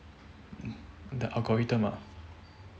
the algorithm ah